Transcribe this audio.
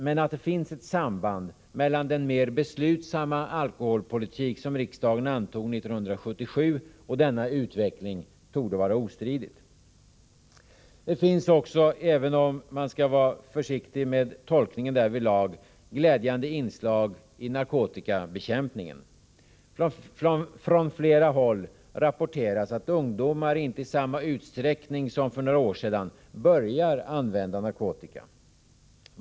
Men att det finns ett samband mellan den mer beslutsamma alkoholpolitik som riksdagen antog 1977 och denna utveckling torde vara ostridigt. Även om man skall vara försiktig med tolkningen, finns det också ett glädjande inslag i narkotikabekämpningen. Från flera håll rapporteras att ungdomarna inte i samma utsträckning som för några år sedan börjar använda narkotika.